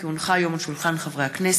כי הונחה היום על שולחן הכנסת,